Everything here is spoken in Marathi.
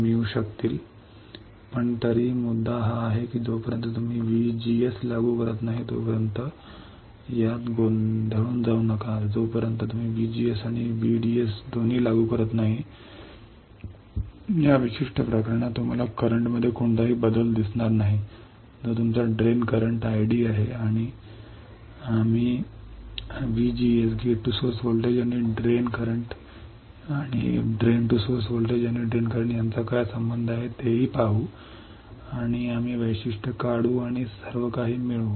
In this particular case you will not see any change in current that is your drain current ID We will also see what is the relation between VGS and ID VDS and ID या विशिष्ट प्रकरणात तुम्हाला करंटमध्ये कोणताही बदल दिसणार नाही जो तुमचा ड्रेन करंट आयडी आहे आम्ही VGS आणि VDS VDS आणि ID यांचा काय संबंध आहे तेही पाहू आणि आम्ही वैशिष्ट्ये काढू आणि सर्वकाही मिळवू